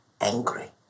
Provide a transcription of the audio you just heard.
angry